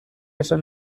esan